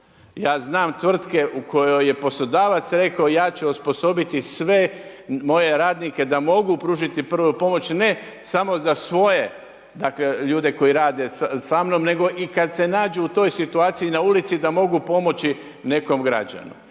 ja znam tvrtke u kojoj je poslodavac rekao ja ću osposobiti sve moje radnike da mogu pružiti prvu pomoć, ne samo za svoje ljude koji rade samnom, nego i kad se nađu u toj situaciji na ulici da mogu pomoći nekom građaninu.